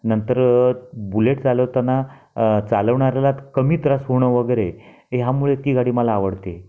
नंतर बुलेट चालवताना चालवणाऱ्याला कमी त्रास होणं वगैरे ह्यामुळे ती गाडी मला आवडते